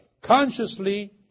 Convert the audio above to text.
consciously